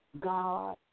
God